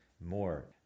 more